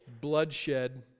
Bloodshed